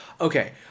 Okay